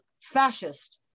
fascist